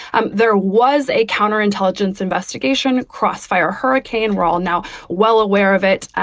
um there was a counterintelligence investigation, crossfire, hurricane raul now well aware of it,